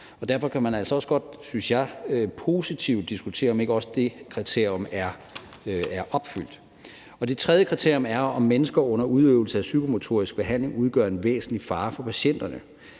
jeg, positivt diskutere, om ikke også det kriterium er opfyldt. Det tredje kriterium er, om mennesker under udøvelse af psykomotorisk behandling udgør en væsentlig fare for patienterne.